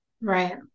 Right